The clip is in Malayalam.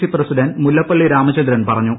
സി പ്രസിഡന്റ് മുല്ലപ്പള്ളി രാമചന്ദ്രൻ പറഞ്ഞു